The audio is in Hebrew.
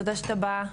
תודה שאתה בא,